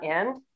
end